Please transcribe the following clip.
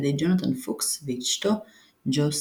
על ידי ג'ונתן פוקס ואשתו ג'ו סאלס.